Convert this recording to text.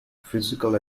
physical